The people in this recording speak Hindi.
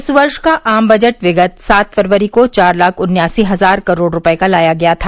इस वर्ष का आम बजट विगत सात फरवरी को चार लाख उन्यासी हजार करोड़ रूपये का लाया गया था